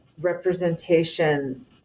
representation